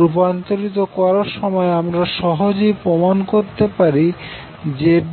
রূপান্তরিত করার সময় আমরা সহজেই প্রমাণ করতে পারি যে Z∆3ZY